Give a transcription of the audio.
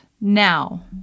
Now